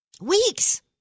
Weeks